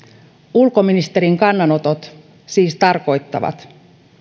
ulkoministerin kannanotot siis tarkoittavat